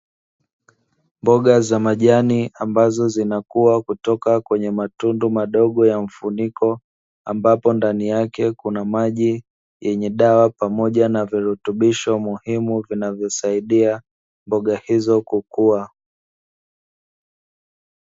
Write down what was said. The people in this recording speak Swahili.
Mboga za majani ambazo zinakua kutoa kwenye matundu madogo ya mfuniko, ambapo ndani yake kuna maji yenye dawa pamoja na virutubisho muhimu, vinavyosaidia mboga hizo kukua.